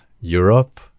europe